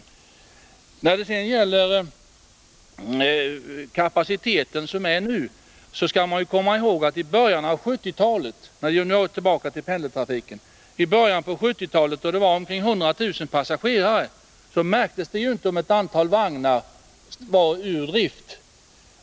Beträffande den nuvarande kapaciteten skall man komma ihåg att i början av 1970-talet — om vi nu går tillbaka till pendeltrafiken — då det var omkring 100 000 passagerare märktes det inte om ett antal vagnar var ur drift.